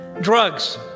Drugs